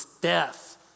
death